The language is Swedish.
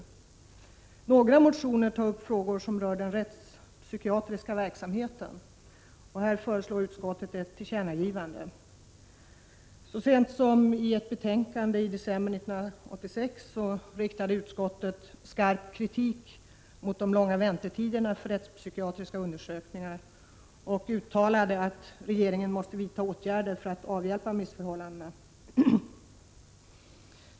I några motioner behandlas frågor som rör den rättspsykiatriska verksamheten. I detta avseende föreslår utskottet att ett tillkännagivande skall göras. Så sent som i ett betänkande 1985/86 riktade utskottet skarp kritik mot de långa väntetiderna för rättspsykiatriska undersökningar och uttalade att regeringen måste vidta åtgärder för att avhjälpa missförhållandena.